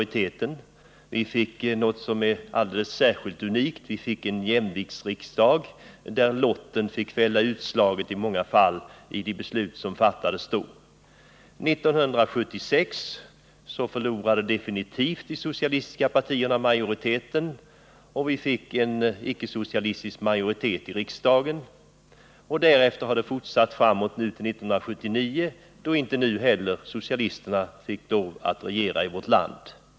Vi fick en jämviktsriksdag, något som är alldeles särskilt unikt, där lotten i några fall fällde utslaget i de beslut som fattades. 1976 förlorade de socialistiska partierna majoriteten definitivt, och vi fick en icke socialistisk majoritet i riksdagen. Efter valet 1979 fick socialisterna inte heller lov att regera i vårt land.